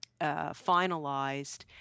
finalized